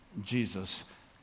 Jesus